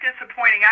disappointing